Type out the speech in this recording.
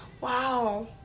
Wow